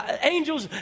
angels